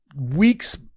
weeks